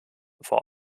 vor